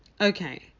okay